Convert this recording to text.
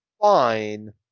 fine